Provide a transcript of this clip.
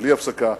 בלי הפסקה,